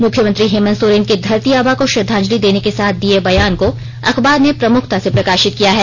मुख्यमंत्री हेमंत सोरेन के धरती आबा को श्रद्वांजलि देने के साथ दिये बयान को अखबार ने प्रमुखता से प्रकाशित किया है